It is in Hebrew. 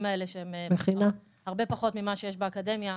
האלה שהם הרבה פחות ממה שיש באקדמיה,